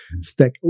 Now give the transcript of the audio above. stack